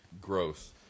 gross